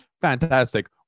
fantastic